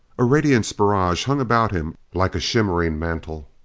a radiance barrage hung about him like a shimmering mantle.